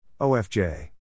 OFJ